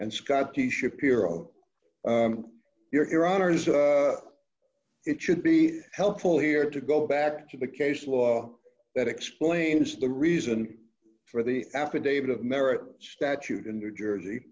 honour's it should be helpful here to go back to the case law that explains the reason for the affidavit of merit statute in new jersey